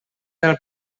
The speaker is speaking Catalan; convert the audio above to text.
del